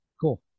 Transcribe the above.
Cool